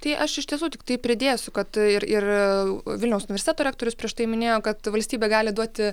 tai aš iš tiesų tiktai pridėsiu kad ir ir vilniaus universiteto rektorius prieš tai minėjo kad valstybė gali duoti